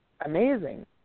amazing